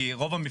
כי רוב המפרטים,